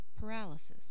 paralysis